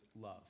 love